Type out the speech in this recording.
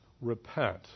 repent